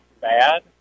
bad